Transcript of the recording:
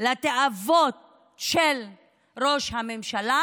לתאוות של ראש הממשלה,